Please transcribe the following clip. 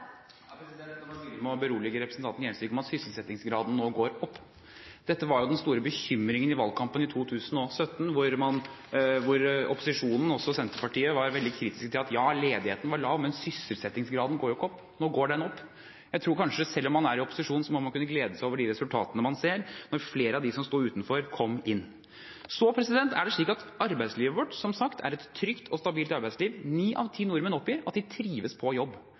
Ja, ledigheten er lav, men sysselsettingsgraden går ikke opp. Nå går den opp. Jeg tror kanskje at selv om man er i opposisjon, må man kunne glede seg over de resultatene man ser, når flere av dem som sto utenfor, kom inn. Så er det slik at arbeidslivet vårt, som sagt, er et trygt og stabilt arbeidsliv. Ni av ti nordmenn oppgir at de trives på jobb.